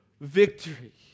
victory